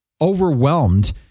overwhelmed